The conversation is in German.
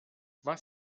was